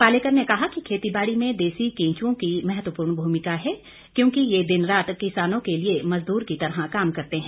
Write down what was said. पालेकर ने कहा कि खेतीबाड़ी में देसी केंचुओं की महत्वपूर्ण भूमिका है क्योंकि यह दिन रात किसानों के लिए मजदूर की तरह काम करते हैं